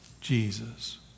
Jesus